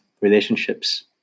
relationships